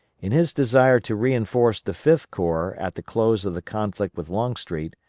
in his desire to reinforce the fifth corps at the close of the conflict with longstreet,